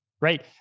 right